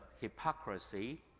hypocrisy